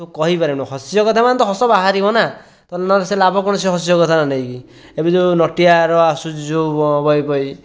ତୁ କହିପାରିବୁନି ହସ୍ୟ କଥା ମାନେ ତ ହସ ବାହାରିବ ନା ତ ନହେଲେ ସେ ଲାଭ କଣ ସେ ହସ୍ୟ କଥାଟା ନେଇକି ଏବେ ଯେଉଁ ନଟିଆର ଆସୁଛି ଯେଉଁ ବହି ପହି